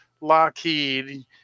Lockheed